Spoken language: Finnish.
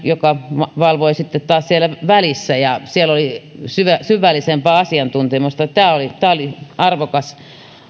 joka valvoi sitten taas siellä välissä ja siellä oli syvällisempää asiantuntemusta tämä oli tämä oli arvokas